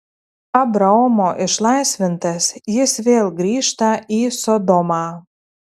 abraomo išlaisvintas jis vėl grįžta į sodomą